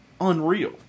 unreal